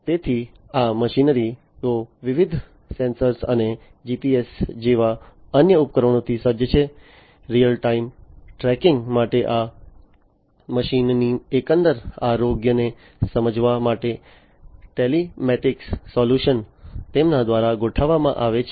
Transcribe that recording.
તેથી આ મશીનરી ઓ વિવિધ સેન્સર અને જીપીએસ જેવા અન્ય ઉપકરણોથી સજ્જ છે રીઅલ ટાઇમ ટ્રેકિંગ માટે આ મશીનોની એકંદર આરોગ્યને સમજવા માટે ટેલીમેટિક્સ સોલ્યુશન્સ તેમના દ્વારા ગોઠવવામાં આવે છે